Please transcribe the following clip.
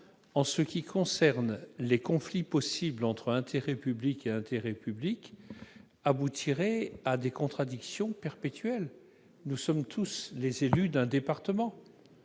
loin s'agissant de conflits possibles entre intérêts publics et intérêts publics aboutirait à des contradictions perpétuelles. Nous sommes tous les élus d'un département.